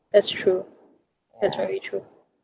that's true that's very true